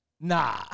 Nah